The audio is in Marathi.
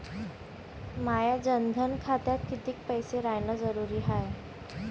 माया जनधन खात्यात कितीक पैसे रायन जरुरी हाय?